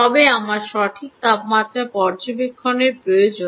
তবে আমার সঠিক তাপমাত্রা পর্যবেক্ষণের প্রয়োজন